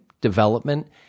development